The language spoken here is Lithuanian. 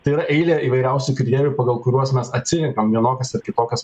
tai yra eilė įvairiausių kriterijų pagal kuriuos mes atsiliekam vienokias ar kitokias